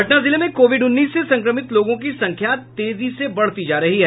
पटना जिले में कोविड उन्नीस से संक्रमित लोगों की संख्या तेजी से बढ़ती जा रही है